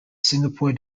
singapore